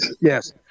Yes